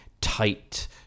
tight